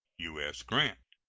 u s. grant.